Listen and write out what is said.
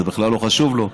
זה בכלל לא חשוב לו,